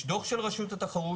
יש דו"ח של רשות התחרות,